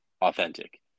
authentic